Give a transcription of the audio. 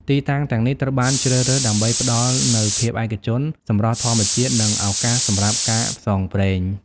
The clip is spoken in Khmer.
ទីតាំងទាំងនេះត្រូវបានជ្រើសរើសដើម្បីផ្តល់នូវភាពឯកជន សម្រស់ធម្មជាតិ និងឱកាសសម្រាប់ការផ្សងព្រេង។